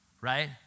right